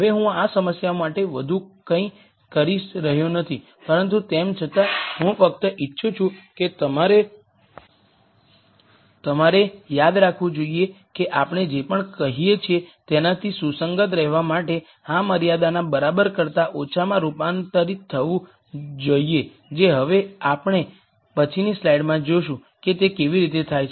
હવે હું આ સમસ્યા માટે વધુ કંઇ કરી રહ્યો નથી પરંતુ તેમ છતાં હું ફક્ત ઇચ્છું છું કે તમારે યાદ રાખવું જોઈએ કે આપણે જે પણ કહીએ છીએ તેનાથી સુસંગત રહેવા માટે આ મર્યાદાના બરાબર કરતા ઓછામાં રૂપાંતરિત થવું જોઈએ જે હવે આપણે પછીના સ્લાઇડમાં જોઈશું કે તે કેવી રીતે થાય છે